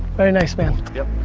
very nice, man. yep.